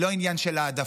היא לא עניין של העדפה.